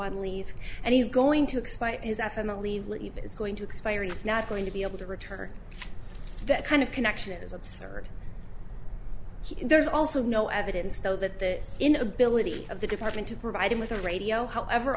on leave and he's going to explain his absent leave leave is going to expire and it's not going to be able to return that kind of connection is absurd there's also no evidence though that the inability of the department to provide him with a radio however